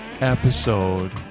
episode